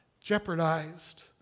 jeopardized